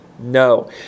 No